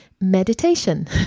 Meditation